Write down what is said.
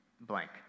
blank